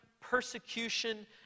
persecution